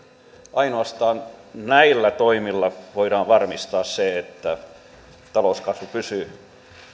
ainoastaan näillä toimilla voidaan varmistaa se että talouskasvu pysyy